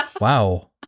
wow